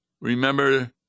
remember